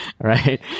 right